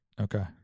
okay